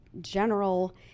general